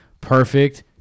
perfect